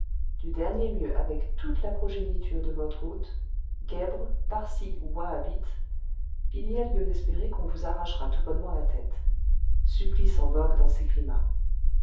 du dernier mieux avec toute la progéniture de votre hôte guèbre parsi ou wahabite il y a lieu d'espérer qu'on vous arrachera tout bonnement la tête supplice en vogue dans ces climats